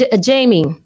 Jamie